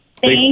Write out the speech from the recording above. Thank